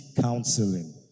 counseling